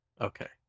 Okay